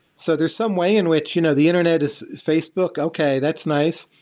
so there's some way in which you know the internet is facebook, okay. that's nice.